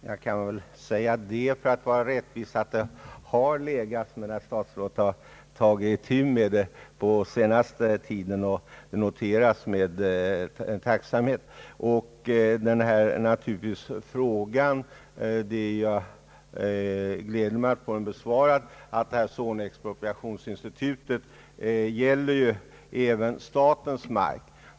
Herr talman! Jag kan väl för att vara rättvis säga att ärendet legat i departementet, men att herr statsrådet på senaste tiden har tagit itu med det, vilket noteras med tacksamhet. Det gläder mig att få svaret, att zonexpropriationsinstitutet gäller även statens mark.